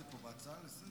--- הצעה לסדר-היום?.